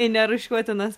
į nerūšiuotinas